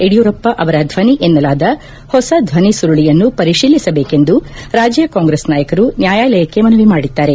ಯಡಿಯೂರಪ್ಪ ಅವರ ಧ್ವನಿ ಎನ್ನಲಾದ ಹೊಸ ಧ್ವನಿ ಸುರುಳಿಯನ್ನು ಪರಿತೀಲಿಸಬೇಕೆಂದು ರಾಜ್ಯ ಕಾಂಗ್ರೆಸ್ ನಾಯಕರು ನ್ಯಾಯಾಲಯಕ್ಕೆ ಮನವಿ ಮಾಡಿದ್ದಾರೆ